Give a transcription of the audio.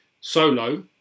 Solo